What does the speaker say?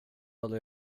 håller